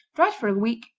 dried for a week,